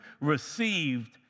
received